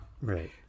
Right